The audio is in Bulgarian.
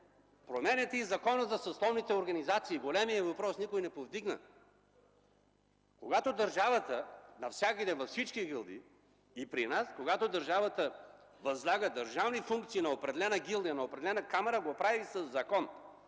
променяте и Закона за съсловните организации – големият въпрос, който никой не повдигна. Когато държавата навсякъде, във всички гилдии, възлага държавни функции на определена гилдия, на определена камара, го прави със закон.